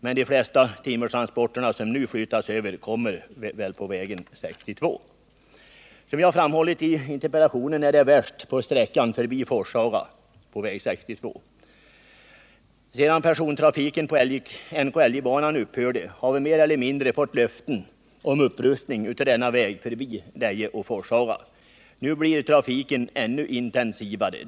Men de flesta timmertransporter som nu flyttas över till landsväg kommer troligen att äga rum på väg 62. Som jag framhållit i interpellationen är förhållandena värst på sträckan förbi Forshaga på väg 62. Sedan persontrafiken på NKIJ-banan upphörde har vi mer eller mindre fått löften om upprustning av denna väg förbi Deje och Forshaga. Nu blir trafiken ännu intensivare.